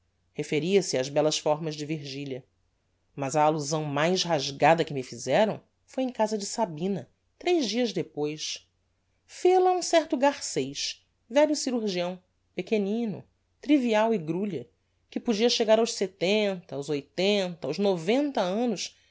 referia-se ás bellas fórmas de virgilia mas a allusão mais rasgada que me fizeram foi em casa de sabina tres dias depois fel-a um certo garcez velho cirurgião pequenino trivial e grulha que podia chegar aos setenta aos oitenta aos noventa annos